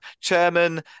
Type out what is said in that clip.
Chairman